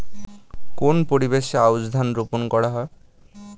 কোন পরিবেশে আউশ ধান রোপন করা হয়?